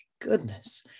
goodness